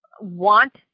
want